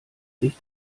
sich